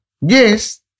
Yes